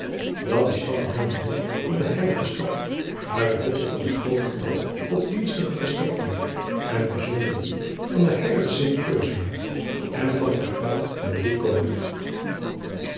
dat die stad den naam droeg van de eilige tad uit hoofde van het groot getal odsdienstige gestichten en bijzonder die van de eilige t rsula en van de kapel der rie